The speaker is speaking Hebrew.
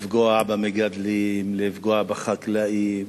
לפגוע במגדלים, לפגוע בחקלאים.